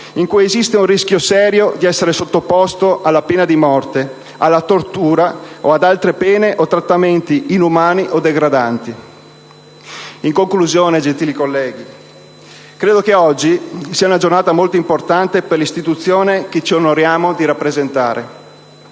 in cui esiste un rischio serio di essere sottoposto alla pena di morte, alla tortura o ad altre pene o trattamenti inumani o degradanti». In conclusione, gentili colleghi, credo che quella odierna sia una giornata molto importante per l'istituzione che ci onoriamo di rappresentare.